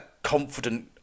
confident